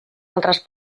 altres